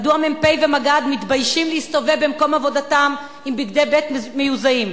מדוע מ"פ ומג"ד מתביישים להסתובב במקום עבודתם עם בגדי ב' מיוזעים?